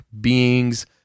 beings